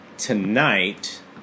tonight